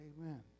Amen